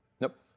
Nope